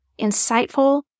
insightful